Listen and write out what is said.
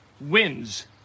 wins